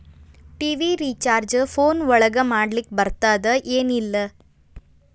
TV recharge phone ಒಳಗ ಮಾಡ್ಲಿಕ್ ಬರ್ತಾದ ಏನ್ ಇಲ್ಲ?